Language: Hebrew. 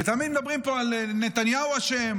ותמיד מדברים פה על נתניהו אשם,